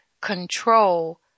control